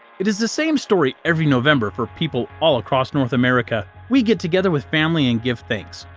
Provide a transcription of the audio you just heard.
it is the same story every november for people all across north america. we get together with family and give thanks.